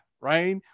right